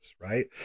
right